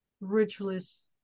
ritualist